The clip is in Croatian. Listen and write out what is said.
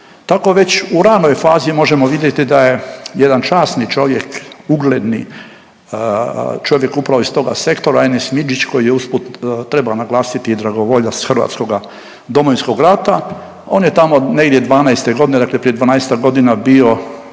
Tako već u ranoj fazi možemo vidjeti da je jedan časni čovjek, ugledni, čovjek upravo iz toga sektora Enes Midžić koji je usput treba naglasiti dragovoljac hrvatskoga Domovinskog rata on je tamo negdje '12.g., dakle prije 12-ak godina bio